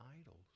idols